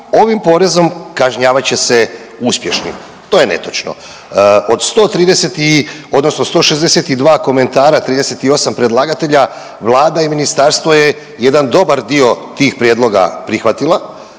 ovim porezom kažnjavat će se uspješni, to je netočno. Od 130 i odnosno 162 komentara 38 predlagatelja Vlada i ministarstvo je jedan dobar dio tih prijedloga prihvatila